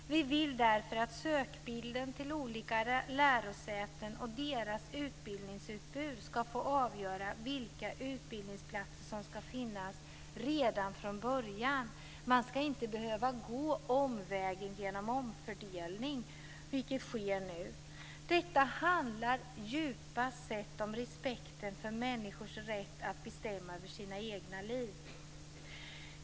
Vi vill därför att sökbilden till olika lärosäten och deras utbildningsutbud ska få avgöra vilka utbildningsplatser som ska finnas redan från början. Man ska inte behöva gå omvägen genom omfördelning, som nu sker. Detta handlar djupast om respekten för människors rätt att bestämma över sina egna liv.